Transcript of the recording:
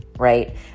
right